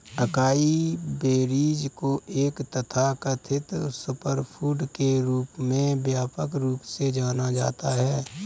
acai berries को एक तथाकथित सुपरफूड के रूप में व्यापक रूप से जाना जाता है